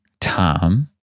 Tom